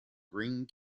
greene